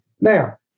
now